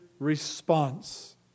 response